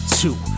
two